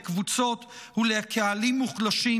לקבוצות ולקהלים מוחלשים,